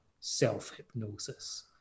self-hypnosis